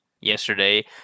yesterday